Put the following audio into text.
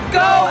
go